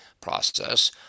process